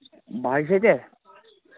بَہہِ شیٚتھ ہہ